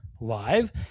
Live